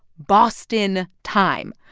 boston time.